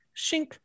shink